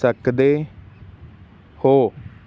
ਸਕਦੇ ਹੋ